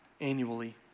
annually